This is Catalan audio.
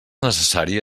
necessari